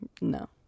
No